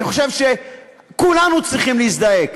אני חושב שכולנו צריכים להזדעק.